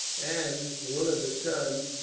and one of his sons,